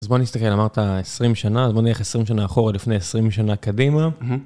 אז בוא נסתכל, אמרת 20 שנה, אז בוא נלך 20 שנה אחורה לפני 20 שנה קדימה.